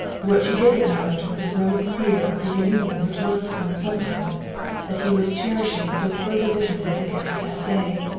what she did acknowledge was a growing fear of the reunion which must come sometime that he was cherishing still further bitterness against that day,